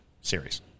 series